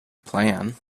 plan